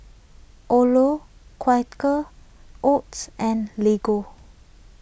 Odlo Quaker Oats and Lego